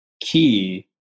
key